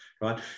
right